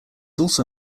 also